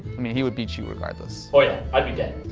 mean, he would beat you, regardless. oh yeah, i'd be dead.